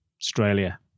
Australia